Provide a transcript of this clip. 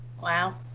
Wow